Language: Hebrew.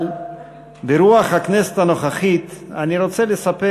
אבל ברוח הכנסת הנוכחית, אני רוצה לספר